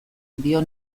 dio